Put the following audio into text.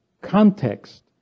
context